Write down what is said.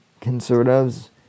conservatives